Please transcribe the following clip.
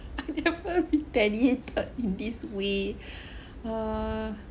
I never retaliated in this way err